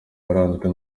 waranzwe